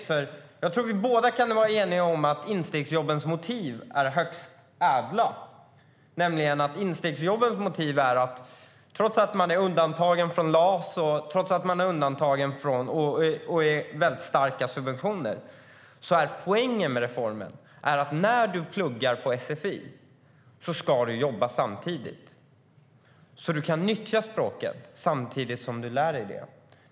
Jag tror nämligen att vi båda kan vara eniga om att instegsjobbens motiv är högst ädla. Trots att man är undantagen från LAS och det är väldigt starka subventioner är poängen med reformen att man, när man pluggar sfi, ska jobba samtidigt så att man kan nyttja språket samtidigt som man lär sig det.